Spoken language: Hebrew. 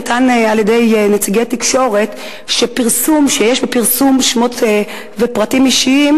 נאמר על-ידי נציגי תקשורת שיש בפרסום שמות ופרטים אישיים